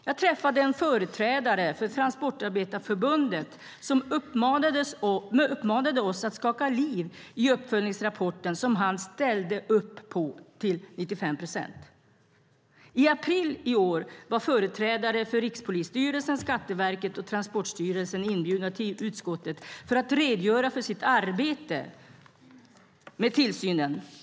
Jag träffade en företrädare för Transportarbetarförbundet som uppmanade oss att skaka liv i uppföljningsrapporten som han ställde upp på 95 procent. I april i år var företrädare för Rikspolisstyrelsen, Skatteverket och Transportstyrelsen inbjudna till utskottet för att redogöra för sitt arbete med tillsynen.